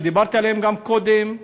שדיברתי עליהם גם קודם,